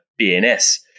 BNS